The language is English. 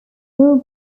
more